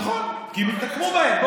נכון, כי הם יתנקמו בהם.